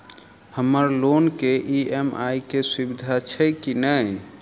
हम्मर लोन केँ ई.एम.आई केँ सुविधा छैय की नै?